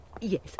Yes